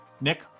Nick